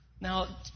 Now